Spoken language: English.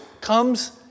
comes